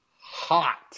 hot